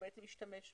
ישתמש בה.